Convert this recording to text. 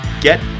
get